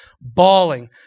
bawling